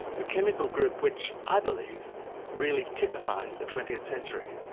the chemical group which i believe really typifies the twentieth century.